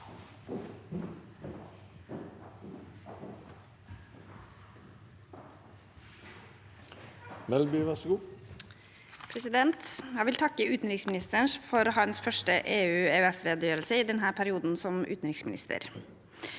Jeg vil takke utenriks- ministeren for hans første EU/EØS-redegjørelse i denne perioden som utenriksminister.